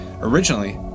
Originally